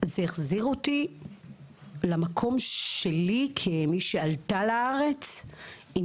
זה החזיר אותי למקום שלי כמי שעלתה לארץ עם